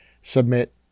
submit